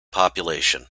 population